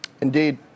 Indeed